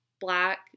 black